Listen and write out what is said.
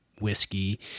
whiskey